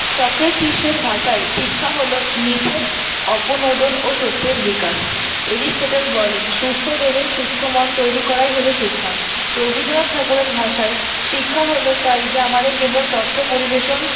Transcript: সক্রেটিসের ভাসায় শিক্ষা হল মিথ্যার অপনোদন ও সত্যের বিকাশ এরিস্টটাল বলেন সুস্থ দেহে সুস্থ মন তৈরি করাই হল শিক্ষা রবীন্দ্রনাথ ঠাকুরের ভাষায় শিক্ষা হল তাই যা আমাদের কেবল তথ্য পরিবেশন